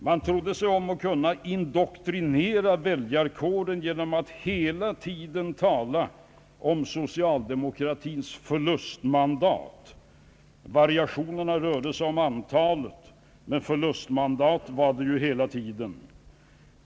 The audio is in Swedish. Man trode sig om att kunna indoktrinera väljarkåren genom att hela tiden tala om socialdemokratins förlustmandat. Variationerna rörde sig om antalet, men förlustmandat var det hela tiden.